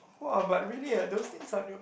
!wah! but really ah those things are on your